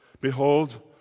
Behold